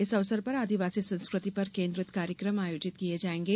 इस अवसर पर आदिवासी संस्कृति पर केन्द्रित कार्यक्रम आयोजित किये जायेंगे